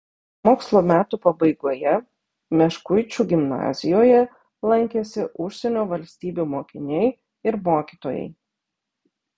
mokslo metų pabaigoje meškuičių gimnazijoje lankėsi užsienio valstybių mokiniai ir mokytojai